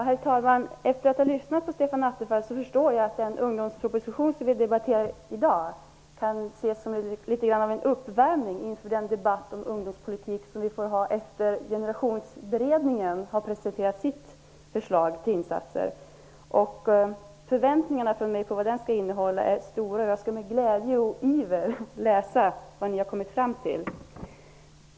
Herr talman! Efter att ha lyssnat på Stefan Attefall förstår jag att den ungdomsproposition som vi debatterar i dag kan ses som litet grand av en uppvärmning inför den debatt om ungdomspolitik som vi får ha efter det att Generationsberedningen har presenterat sitt förslag till insatser. Mina förväntningar på vad det skall innehålla är stora, och jag skall med glädje och iver läsa vad ni har kommit fram till.